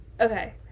Okay